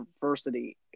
diversity